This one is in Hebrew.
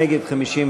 נגד,